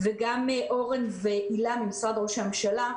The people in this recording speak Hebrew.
וגם אורן והילה ממשרד ראש הממשלה,